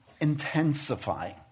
intensifying